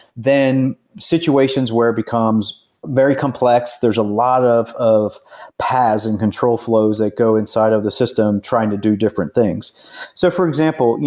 than situations where it becomes very complex, there's a lot of of paths and control flows that go inside of the system trying to do different things so for example,